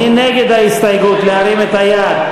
מי נגד ההסתייגות, להרים את היד.